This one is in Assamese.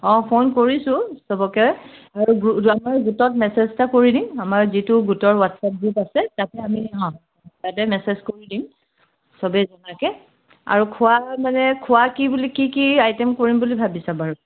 অঁ ফোন কৰিছোঁ চবকে আৰু গোটত মেছেজ এটা কৰি দিম আমাৰ যিটো গোটৰ হোৱাটচআপ গ্ৰুপ আছে তাতে আমি অঁ তাতে মেছেজ কৰি দিম চবেই জনাকৈ আৰু খোৱাৰ মানে খোৱাৰ কি বুলি কি কি আইটেম কৰিম বুলি ভাবিছা বাৰু